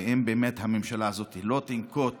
אם באמת הממשלה הזאת לא תנקוט